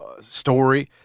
story